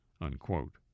Unquote